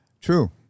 True